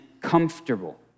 comfortable